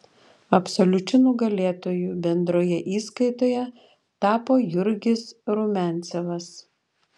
absoliučiu nugalėtoju bendroje įskaitoje tapo jurgis rumiancevas